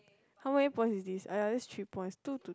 how many points is this !aiya! that's three points two to